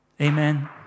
Amen